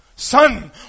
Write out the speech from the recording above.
Son